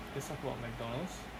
let's talk about McDonald's